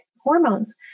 hormones